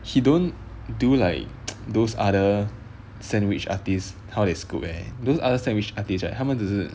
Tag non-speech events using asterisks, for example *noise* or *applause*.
he don't do like *noise* those other sandwich artists how they scope eh you know those other sandwich artists right 他们只是